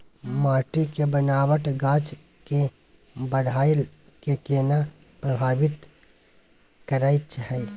माटी के बनावट गाछ के बाइढ़ के केना प्रभावित करय हय?